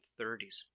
30s